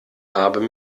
habe